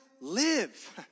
live